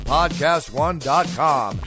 PodcastOne.com